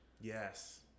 Yes